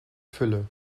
fülle